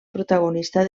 protagonista